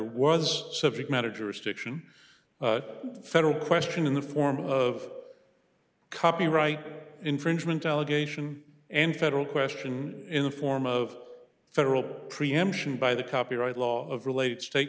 was subject matter jurisdiction federal question in the form of copyright infringement allegation and federal question in the form of federal preemption by the copyright law of relate state